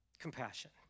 compassion